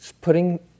Putting